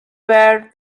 were